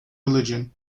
religion